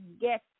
get